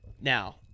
Now